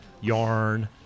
yarn